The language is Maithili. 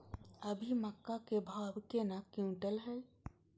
अभी मक्का के भाव केना क्विंटल हय?